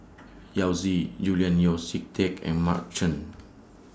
Yao Zi Julian Yeo See Teck and Mark Chan